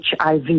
HIV